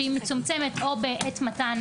היא מצומצמת או בעת מתן